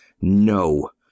No